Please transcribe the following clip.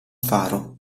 faro